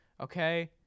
Okay